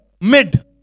Mid